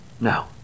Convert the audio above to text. No